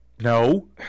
No